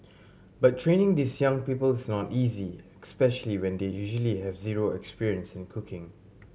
but training these young people is not easy especially when they usually have zero experience in cooking